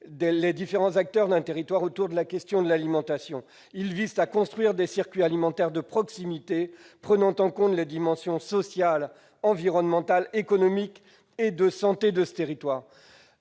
les différents acteurs d'un territoire autour de la question de l'alimentation. Les PAT visent à construire des circuits alimentaires de proximité prenant en compte les dimensions sociales, environnementales, économiques et de santé de ce territoire.